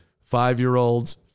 five-year-olds